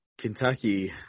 Kentucky